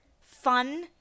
fun